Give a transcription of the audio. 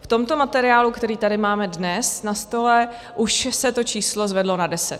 V tomto materiálu, který tady máme dnes na stole, už se to číslo zvedlo na deset.